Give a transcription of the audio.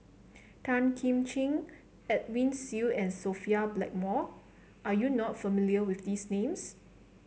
Tan Kim Ching Edwin Siew and Sophia Blackmore are you not familiar with these names